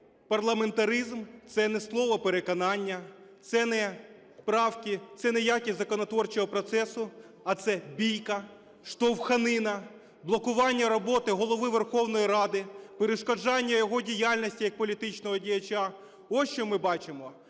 парламентаризм – це не слово переконання, це не правки, це не якість законотворчого процесу, а це бійка, штовханина, блокування роботи Голови Верховної Ради, перешкоджання його діяльності як політичного діяча. Ось що ми бачимо.